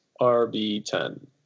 RB10